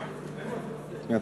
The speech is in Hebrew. חברי הכנסת,